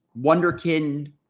wonderkin